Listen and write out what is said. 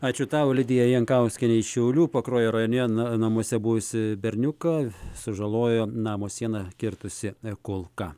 ačiū tau lidija jankauskienė iš šiaulių pakruojo rajone na namuose buvusį berniuką sužalojo namo sieną kirtusi kulka